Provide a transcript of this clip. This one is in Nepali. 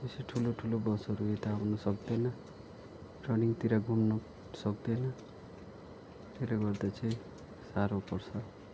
बेसी ठुलो ठुलो बसहरू यता आउनु सक्दैन टर्निङतिर घुम्नु सक्दैन त्यसले गर्दा चाहिँ साह्रो पर्छ